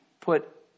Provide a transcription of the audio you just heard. put